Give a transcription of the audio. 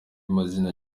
mazina